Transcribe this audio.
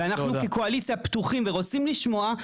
ואנחנו כקואליציה פתוחים ורוצים לשמוע,